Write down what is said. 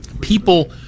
people